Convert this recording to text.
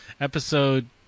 episode